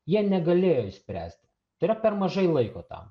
jie negalėjo išspręsti tai yra per mažai laiko tam